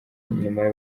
nyuma